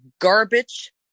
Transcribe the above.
garbage